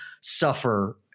suffer